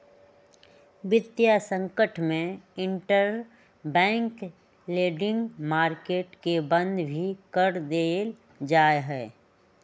वितीय संकट में इंटरबैंक लेंडिंग मार्केट के बंद भी कर देयल जा हई